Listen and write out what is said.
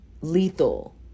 lethal